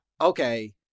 okay